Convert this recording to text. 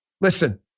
listen